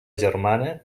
germana